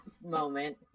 moment